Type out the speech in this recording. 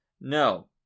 No